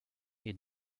est